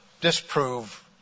disprove